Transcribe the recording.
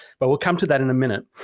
but we'll come to that in a minute.